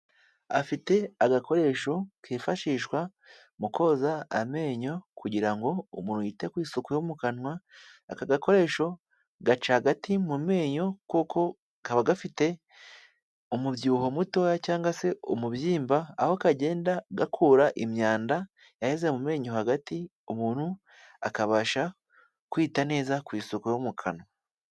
Afite agakoresho kifashishwa mu koza amenyo kugira ngo umuntu yite ku isuku yo mu kanwa, aka gakoresho gaca hagati mu menyo ko kuko kaba gafite umubyibuho mutoya cyangwa se umubyimba, aho kagenda gakura imyanda yaheze mu menyo hagati, umuntu akabasha kwita neza ku isuku yo mu kanwa.